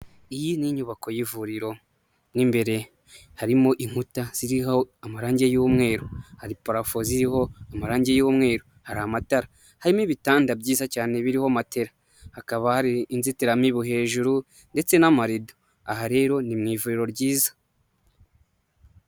Iyi ni inyubako y'ivuriro, mo imbere harimo inkuta ziririho amarangi y'umweru, hari parafo ziriho amarangi y'umweru, hari amatara, harimo ibitanda byiza cyane biriho matera, hakaba hari inzitiramibu hejuru, ndetse n'amarido aha rero ni mu ivuriro ryiza.